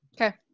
Okay